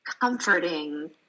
comforting